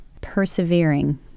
persevering